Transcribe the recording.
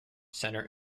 center